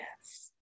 Yes